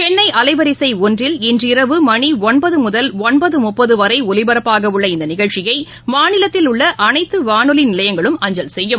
சென்னை அலைவரிசை ஒன்றில் இன்று இரவு மணி ஒன்பது முதல் ஒன்பது முப்பது வரை ஒலிபரப்பாகவுள்ள இந்த நிகழ்ச்சியை மாநிலத்தில் உள்ள அனைத்து வானொலி நிலையங்களும் அஞ்சல் செய்யும்